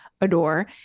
adore